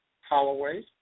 Holloway